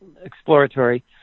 exploratory